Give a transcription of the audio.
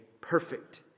perfect